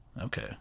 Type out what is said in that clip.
Okay